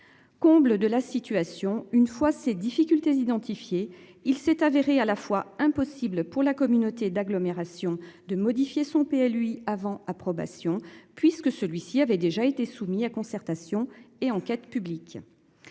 Comble de la situation. Une fois ces difficultés identifiées. Il s'est avéré à la fois impossible pour la communauté d'agglomération de modifier son PA lui avant approbation puisque celui-ci avait déjà été soumis à concertation et enquête publique.